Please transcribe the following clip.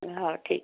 ହେଉ ଠିକ